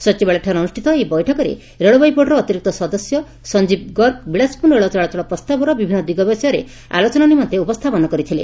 ସଚିବାଳୟଠାରେ ଅନୁଷ୍ପିତ ଏହି ବୈଠକରେ ରେଳବାଇ ବୋର୍ଡର ଅତିରିକ୍ତ ସଦସ୍ୟ ସଞ୍ଞୀବ ଗର୍ଗ ବିଳାସପୂର୍ଶ୍ୱ ରେଳ ଚଳାଚଳ ପ୍ରସ୍ଠାବର ବିଭିନ୍ନ ଦିଗ ବିଷୟ ଆଲୋଚନା ନିମନ୍ତେ ଉପସ୍ରାପନ କରିଥିଲେ